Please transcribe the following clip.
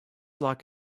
like